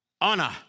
honor